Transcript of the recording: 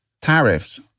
tariffs